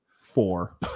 four